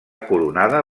coronada